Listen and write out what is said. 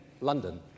london